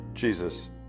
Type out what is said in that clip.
Jesus